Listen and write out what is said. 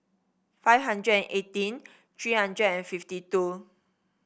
five hundred and eighteen three hundred and fifty two